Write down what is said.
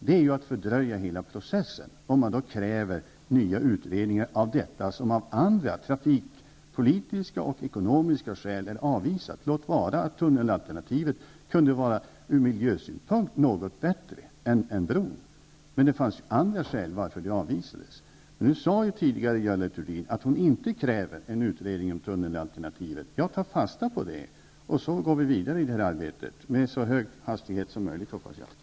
Det är att fördröja hela processen, om man kräver nya utredningar av detta, som av andra -- trafikpolitiska och ekonomiska -- skäl är avvisat, låt vara att tunnelalternativet kunde vara ur miljösynpunkt något bättre än broalternativet. Men det fanns ju andra skäl till att det avvisades. Tidigare sade Görel Thurdin att hon inte kräver en utredning om tunnelalternativet. Jag tar fasta på det, och vi går vidare i det här arbetet -- med så hög hastighet som möjligt, hoppas jag.